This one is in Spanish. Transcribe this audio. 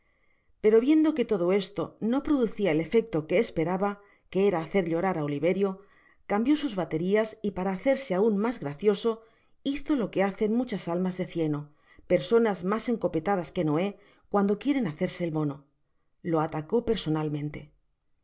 pero viendo que todo esto no producia el efecto que esperaba que era hacer llorar á oliverio cambió sus baterias y para hacerse aun mas gracioso hizo lo que hacen muchas almas de cieno personas mas encopetadas que noé cuando quieren hacerse el mono lo atacó personalmente